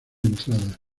entrada